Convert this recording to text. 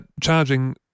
charging